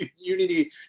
Unity